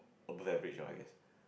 above average what I guess